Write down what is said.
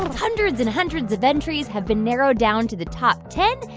and hundreds and hundreds of entries have been narrowed down to the top ten.